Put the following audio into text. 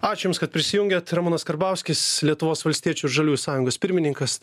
ačiū jums kad prisijungėt ramūnas karbauskis lietuvos valstiečių ir žaliųjų sąjungos pirmininkas